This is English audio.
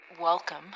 welcome